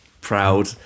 proud